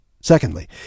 Secondly